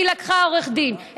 היא לקחה עורך דין,